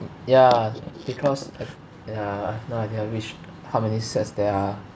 ya because ya I have no idea which how many sets there are